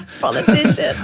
Politician